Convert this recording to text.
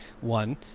One